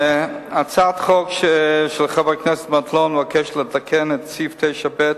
הצעת החוק של חבר הכנסת מטלון מבקשת לתקן את סעיף 9(ב)